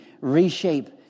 reshape